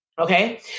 Okay